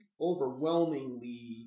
overwhelmingly